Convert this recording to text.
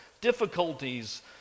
difficulties